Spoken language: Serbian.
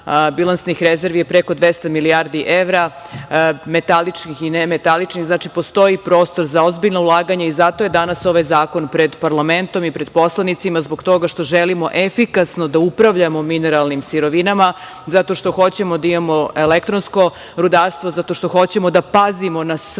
bilansnih rezervi je preko 200 milijardi evra, metaličnih i nemetaličnih, znači postoji prostor za ozbiljno ulaganje i zato je danas ovaj zakon pred parlamentom i pred poslanicima, zbog toga što želimo efikasno da upravljamo mineralnim sirovinama, zato što hoćemo da imamo elektronsko rudarstvo, zato što hoćemo da pazimo na svako